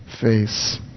face